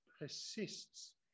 persists